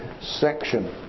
section